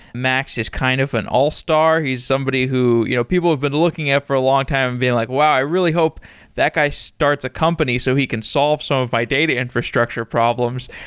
max is kind of an all-star. he's somebody who you know people have been looking up for a long time and being like, wow, i really hope that guy starts a company so he can solve some of my data infrastructure problems.